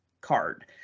card